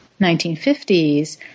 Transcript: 1950s